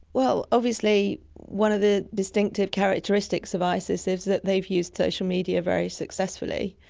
well, obviously one of the distinctive characteristics of isis is that they've used social media very successfully.